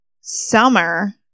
summer